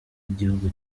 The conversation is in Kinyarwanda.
igihugu